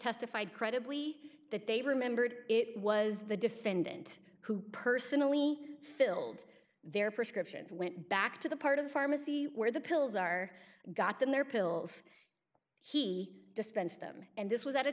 testified credibly that they remembered it was the defendant who personally filled their prescriptions went back to the part of the pharmacy where the pills are got them their pills he dispensed them and this was at a